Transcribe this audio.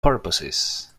purposes